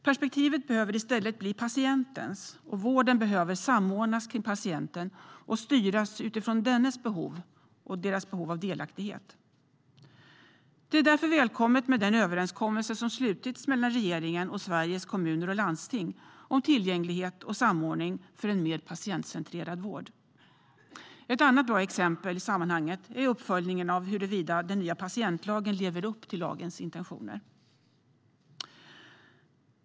Perspektivet behöver i stället bli patientens, och vården behöver samordnas kring patienten och styras utifrån dennes behov och delaktighet. Det är därför välkommet med den överenskommelse som slutits mellan regeringen och Sveriges Kommuner och Landsting om tillgänglighet och samordning för en mer patientcentrerad vård. Ett annat bra exempel i sammanhanget är uppföljningen av huruvida den nya patientlagen lever upp till lagens intentioner.